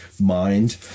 mind